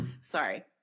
Sorry